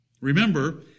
Remember